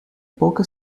pouca